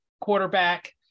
quarterback